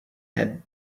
had